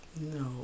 No